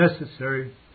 necessary